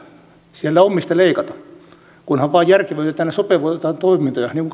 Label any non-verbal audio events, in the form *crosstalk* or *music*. siellä on mistä leikata kunhan vain järkevöitetään ja sopeutetaan toimintoja niin *unintelligible*